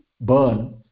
burn